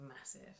massive